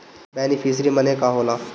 Beneficiary मने का होला?